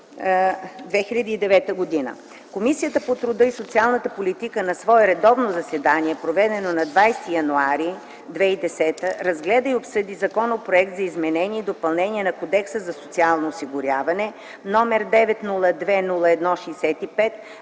Комисията по труда и социалната политика на свое редовно заседание, проведено на 20 януари 2010 г., разгледа и обсъди Законопроект за изменение и допълнение на Кодекса за социално осигуряване № 902-01-65,